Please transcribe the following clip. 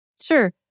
Sure